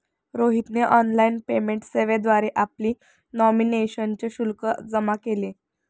रोहितने online payment सेवेद्वारे आपली नॉमिनेशनचे शुल्क जमा केले